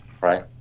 right